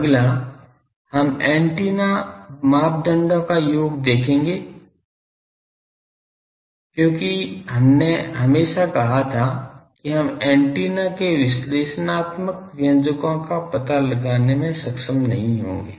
अगला हम एंटीना मापदंडों का योग देखेंगे क्योंकि हमने हमेशा कहा था कि हम एंटीना के विश्लेषणात्मक व्यंजको का पता लगाने में सक्षम नहीं होंगे